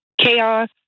chaos